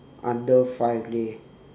under five leh